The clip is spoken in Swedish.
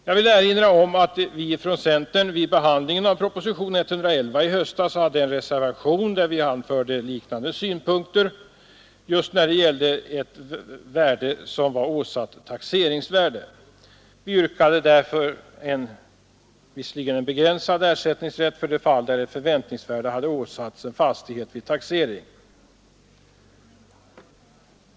Jag vill erinra om att vi från centern vid behandlingen av propositionen 111 hade en reservation, där vi framförde liknande synpunkter när det gällde fastighet med åsatt taxeringsvärde. Vi yrkade på en begränsad omsättningsrätt för det fall där ett förväntningsvärde hade åsatts en fastighet vid taxering.